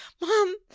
mom